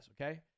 Okay